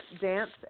dance